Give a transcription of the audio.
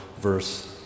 verse